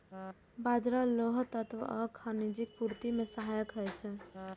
बाजरा लौह तत्व आ खनिजक पूर्ति मे सहायक होइ छै